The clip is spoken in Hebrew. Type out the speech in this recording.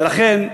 ולכן,